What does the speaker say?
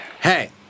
Hey